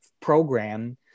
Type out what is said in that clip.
program